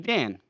Dan